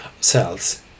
cells